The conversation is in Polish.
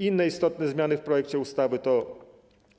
Inne istotne zmiany w projekcie ustawy to